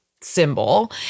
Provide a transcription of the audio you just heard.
symbol